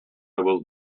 will